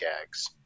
gags